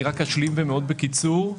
אשלים בקיצור רב.